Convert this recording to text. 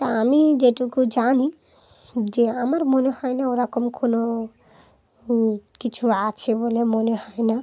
তা আমি যেটুকু জানি যে আমার মনে হয় না ওরকম কোনো কিছু আছে বলে মনে হয় না